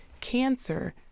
cancer